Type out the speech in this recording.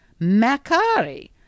Macari